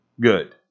good